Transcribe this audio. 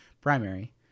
primary